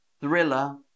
thriller